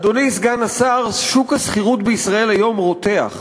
אדוני סגן השר, שוק השכירות בישראל היום רותח.